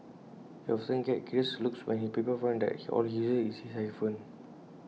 he often gets curious looks when people find out that all he uses is his iPhone